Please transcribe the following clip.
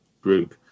group